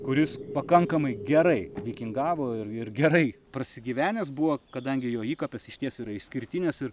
kuris pakankamai gerai vikingavo ir ir gerai prasigyvenęs buvo kadangi jo įkapės išties yra išskirtinės ir